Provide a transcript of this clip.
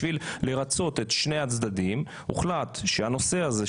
בשביל לרצות את שני הצדדים הוחלט שהנושא הזה,